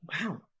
Wow